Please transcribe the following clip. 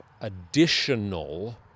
additional